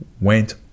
went